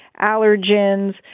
allergens